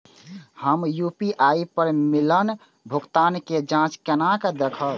हम यू.पी.आई पर मिलल भुगतान के जाँच केना देखब?